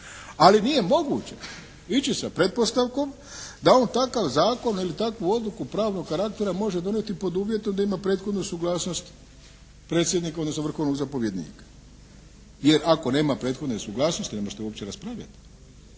ali nije moguće ići sa pretpostavkom da on takav zakon ili takvu odluku pravnog karaktera može donijeti pod uvjetom da imamo prethodnu suglasnost predsjednika odnosno vrhovnog zapovjednika jer ako nema prethodne suglasnosti nema šta uopće raspravljati.